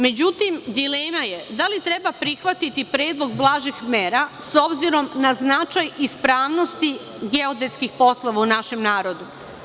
Međutim, dilema je da li treba prihvatiti predlog blažih mera, s obzirom na značaj ispravnosti geodetskih poslova u našem narodu.